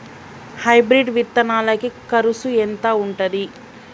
Hybrid విత్తనాలకి కరుసు ఎంత ఉంటది?